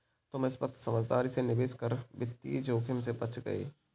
तुम इस वक्त समझदारी से निवेश करके वित्तीय जोखिम से बच गए